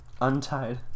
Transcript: Untied